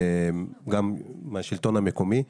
גם מהשלטון המקומי.